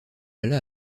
alla